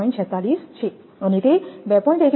46 છે અને તે 2